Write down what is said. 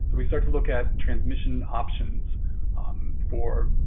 we start to look at transmission options for